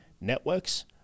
networks